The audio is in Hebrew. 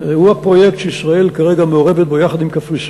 היא פרויקט שישראל מעורבת בו כרגע יחד עם קפריסין